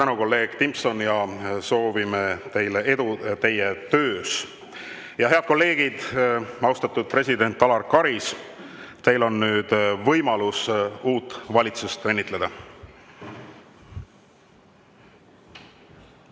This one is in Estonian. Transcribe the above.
Head kolleegid ja austatud president Alar Karis, teil on nüüd võimalus uut valitsust õnnitleda.